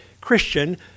christian